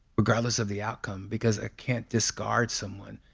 regardless of the outcome, because i can't discard someone,